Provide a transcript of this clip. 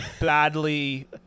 badly